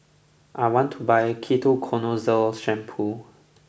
I want to buy Ketoconazole Shampoo